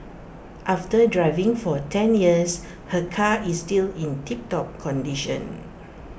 after driving for ten years her car is still in tiptop condition